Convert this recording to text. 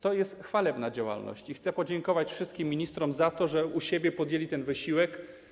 To jest chwalebna działalność i chcę podziękować wszystkim ministrom za to, że podjęli ten wysiłek.